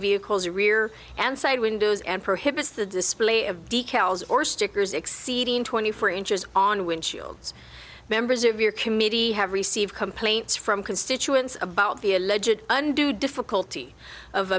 vehicles rear and side windows and prohibits the display of decals or stickers exceeding twenty four inches on windshields members of your committee have received complaints from constituents about the a legit undue difficulty of